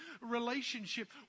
relationship